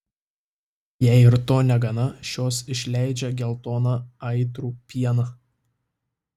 jei ir to negana šios išleidžia geltoną aitrų pieną